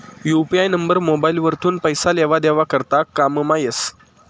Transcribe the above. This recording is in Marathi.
यू.पी.आय नंबर मोबाइल वरथून पैसा लेवा देवा करता कामंमा येस